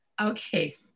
Okay